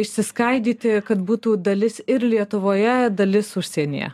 išsiskaidyti kad būtų dalis ir lietuvoje dalis užsienyje